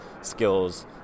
skills